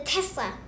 Tesla